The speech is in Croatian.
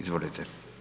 Izvolite.